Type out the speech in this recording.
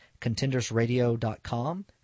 contendersradio.com